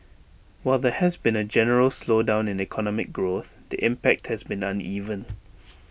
while there has been A general slowdown in economic growth the impact has been uneven